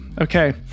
Okay